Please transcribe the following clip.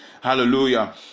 Hallelujah